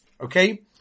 okay